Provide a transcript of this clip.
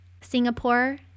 Singapore